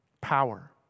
power